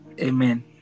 Amen